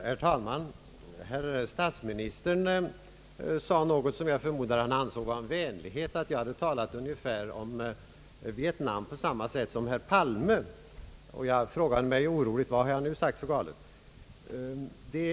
Herr talman! Statsministern sade något som jag förmodar att han ansåg vara en vänlighet, nämligen att jag hade talat om Vietnam ungefär på samma sätt som herr Palme. Jag frågade mig oroligt: Vad har jag nu sagt för galet?